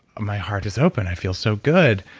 my heart is open. i feel so good.